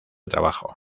trabajo